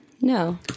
No